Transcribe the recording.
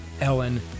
Ellen